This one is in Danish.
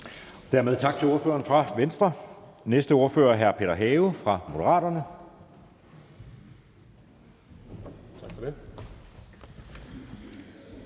Dermed tak til ordføreren fra Venstre. Næste ordfører er hr. Peter Have fra Moderaterne.